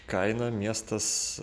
kainą miestas